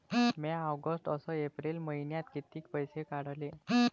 म्या ऑगस्ट अस एप्रिल मइन्यात कितीक पैसे काढले?